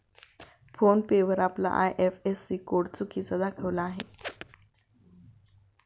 phone पे वर आपला IFSC code चुकीचा दाखविला आहे